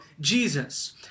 Jesus